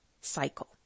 cycle